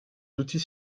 outils